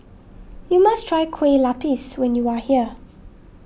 you must try Kueh Lapis when you are here